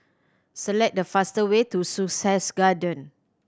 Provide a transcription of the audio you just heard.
select the fast way to Sussex Garden